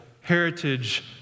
heritage